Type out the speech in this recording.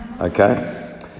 Okay